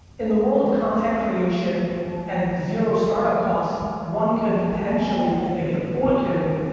in the world of content creation and zero startup costs, one could potentially, if they can afford to,